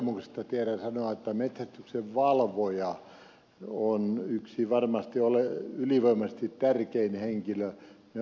ihan kokemuksesta tiedän sanoa että metsästyksenvalvoja on varmasti ylivoimaisesti tärkein henkilö tässä